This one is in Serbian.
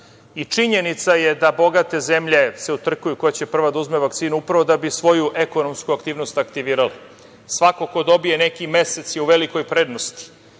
Činjenica je da bogate zemlje se utrkuju koja će prva da uzme vakcinu, upravo da bi svoju ekonomsku aktivnost aktivirala. Svako ko dobije neki mesec je u velikoj prednosti.